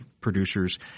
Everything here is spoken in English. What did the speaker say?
producers